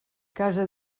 casa